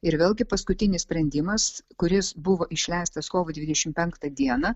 ir vėlgi paskutinis sprendimas kuris buvo išleistas kovo dvidešimt penktą dieną